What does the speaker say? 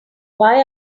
why